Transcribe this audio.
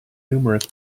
numerous